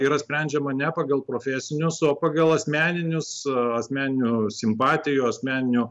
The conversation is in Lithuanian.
yra sprendžiama ne pagal profesinius o pagal asmeninius asmeninių simpatijų asmeninių